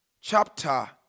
chapter